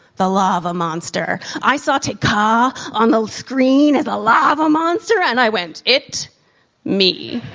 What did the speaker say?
the lava monster. i saw te ka on the screen as a lava monster, and i went, it me.